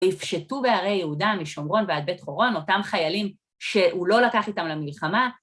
ויפשטו בערי יהודה משומרון ועד בית חורון, אותם חיילים שהוא לא לקח איתם למלחמה...